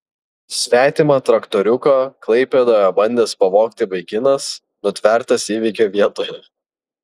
svetimą traktoriuką klaipėdoje bandęs pavogti vaikinas nutvertas įvykio vietoje